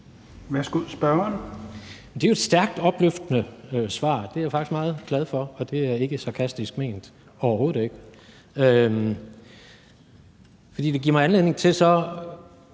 Det er jo et stærkt opløftende svar. Det er jeg faktisk meget glad for, og det er ikke sarkastisk ment, overhovedet ikke. Det giver mig så anledning til at